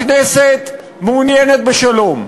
הכנסת מעוניינת בשלום,